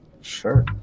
Sure